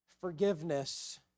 forgiveness